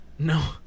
No